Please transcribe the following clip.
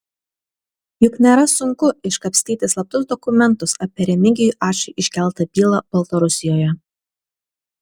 juk nėra sunku iškapstyti slaptus dokumentus apie remigijui ačui iškeltą bylą baltarusijoje